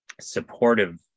supportive